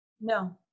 No